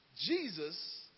Jesus